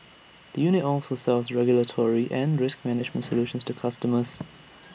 the unit also sells regulatory and risk management solutions to customers